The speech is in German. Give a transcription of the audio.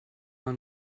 man